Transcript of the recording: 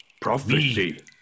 Prophecy